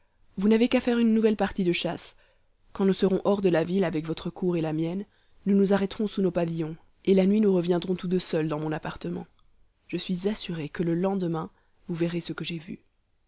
vous n'avez qu'à faire une nouvelle partie de chasse quand nous serons hors de la ville avec votre cour et la mienne nous nous arrêterons sous nos pavillons et la nuit nous reviendrons tous deux seuls dans mon appartement je suis assuré que le lendemain vous verrez ce que j'ai vu